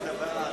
נתקבלה.